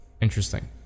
interesting